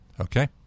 okay